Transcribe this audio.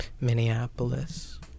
Minneapolis